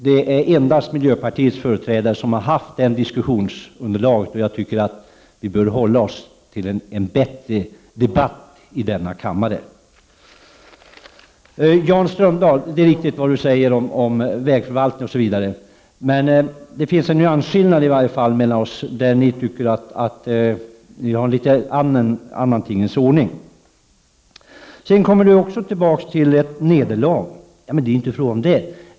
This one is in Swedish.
Det är endast miljöpartiets representant som haft den utgångspunkten för sitt anförande, och jag tycker att vi bör hålla oss på en högre debattnivå här i kammaren. Det är riktigt vad Jan Strömdahl säger om vägförvaltningen osv. Men det finns i vart fall en nyansskillnad oss emellan: Ni vill där ha en annan tingens ordning. Också Jan Strömdahl talade om ett nederlag. Det är ju inte fråga om det.